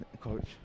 coach